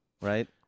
Right